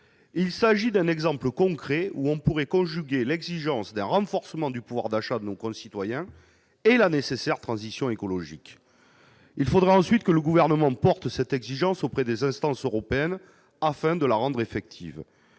Il s'agit d'un exemple concret permettant de conjuguer l'exigence d'un renforcement du pouvoir d'achat de nos concitoyens et la nécessaire transition écologique. Il faudra ensuite que le Gouvernement porte cette exigence auprès des instances européennes, afin de la rendre effective.